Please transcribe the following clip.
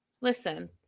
Listen